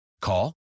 Call